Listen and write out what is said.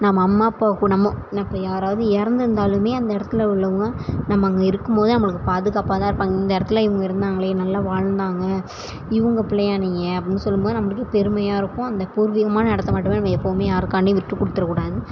நம்ம அம்மா அப்பாவுக்கும் நம்ம நம்ம யாராவது இறந்திருந்தாலுமே அந்த இடத்துல உள்ளவங்க நம்ம அங்கே இருக்கும் போது நம்மளுக்கு பாதுகாப்பாக தான் இருப்பாங்க இந்த இடத்துல இவங்க இருந்தாங்களே நல்ல வாழ்ந்தாங்க இவங்க பிள்ளையா நீங்க அப்படின்னு சொல்லும் போது நம்மளுக்கு பெருமையாக இருக்கும் அந்த பூர்வீகமான இடத்த மட்டுமே நம்ம எப்போதுமே யாருக்காண்டியும் விட்டுக்கொடுத்துற கூடாது